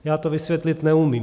Já to vysvětlit neumím.